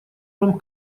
вам